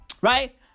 Right